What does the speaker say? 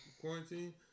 quarantine